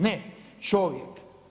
Ne, čovjek.